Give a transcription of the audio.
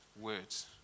words